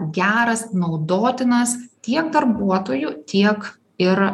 geras naudotinas tiek darbuotojų tiek ir